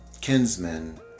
kinsmen